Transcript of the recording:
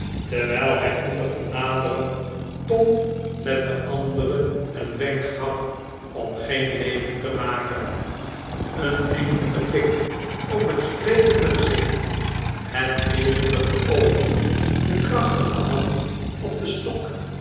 terwijl hij onder het naderen tom met de andere een wenk gaf om geen leven te maken een enkele blik op het sprekende gezicht het levendige oog de krachtige hand op den stok